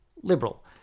Liberal